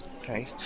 Okay